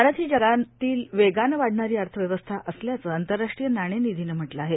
भारत ही जगातील वेगानं वाढणारी अर्थव्यवस्था असल्याचं आंतरराष्ट्रीय नाणेनिधीनं म्हटलं आहे